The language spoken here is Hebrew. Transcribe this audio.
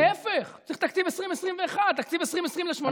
להפך, צריך תקציב 2021. תקציב 2020 לשמונה ימים?